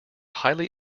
highly